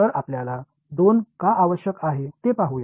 तर आपल्याला 2 का आवश्यक आहे ते पाहूया